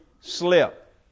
slip